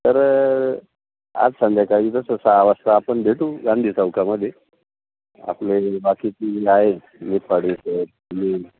तर आज संध्याकाळी तसं सहा वाजता आपण भेटू गांधी चौकामध्ये आपले बाकीची आहे नेपाडी